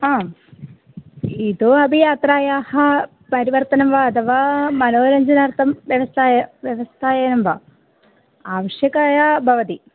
आ इतोपि यात्रायाः परिवर्तनं वा अथवा मनोरञ्जनार्थं व्यवस्थायाः व्यवस्थायाः वा आवश्यकता भवति